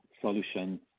solution